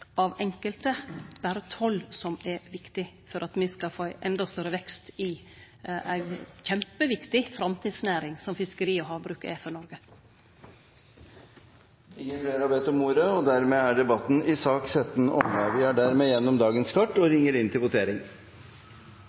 av enkelte, at det berre er toll som er viktig for at me skal få ein endå større vekst i den kjempeviktige framtidsnæringa som fiskeri og havbruk er for Noreg. Flere har ikke bedt om ordet til sak nr. 17. Da er Stortinget klar til å gå til votering.